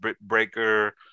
Breaker